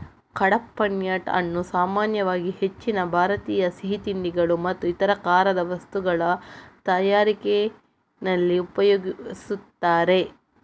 ಕಡ್ಪಾಹ್ನಟ್ ಅನ್ನು ಸಾಮಾನ್ಯವಾಗಿ ಹೆಚ್ಚಿನ ಭಾರತೀಯ ಸಿಹಿ ತಿಂಡಿಗಳು ಮತ್ತು ಇತರ ಖಾರದ ವಸ್ತುಗಳ ತಯಾರಿಕೆನಲ್ಲಿ ಉಪಯೋಗಿಸ್ತಾರೆ